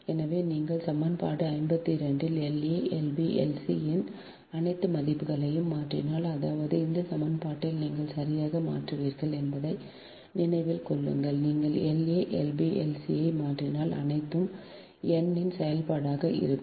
எனவே நீங்கள் சமன்பாடு 52 இல் La Lb Lc இன் அனைத்து மதிப்புகளையும் மாற்றினால் அதாவது இந்த சமன்பாட்டில் நீங்கள் சரியாக மாற்றுவீர்கள் என்பதை நினைவில் கொள்ளுங்கள் நீங்கள் La Lb Lc ஐ மாற்றினால் அனைத்தும் n இன் செயல்பாடாக இருக்கும்